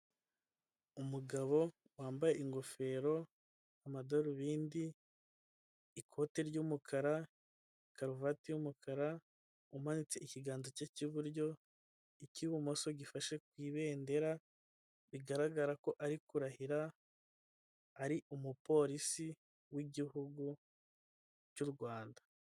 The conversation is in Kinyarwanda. Umugabo wambaye ingofero, amadarubindi, ikote ry'umukara' karuvati y'umukara umanitse ikiganza cye cy'iburyo icy'ibumoso gifashe ku ibendera bigaragara ko ari kurahira ari umupolisi wi'igihugu cy'u Rwanda.